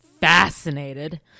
fascinated